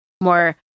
more